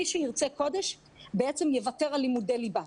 מי שירצה קודש בעצם יוותר על לימודי ליבה,